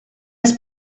his